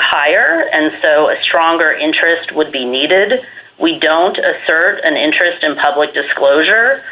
higher and stronger interest would be needed we don't assert an interest in public disclosure